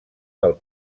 del